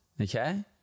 okay